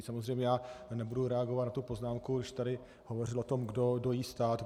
Samozřejmě já nebudu reagovat na tu poznámku, když tady hovořil o tom, kdo dojí stát.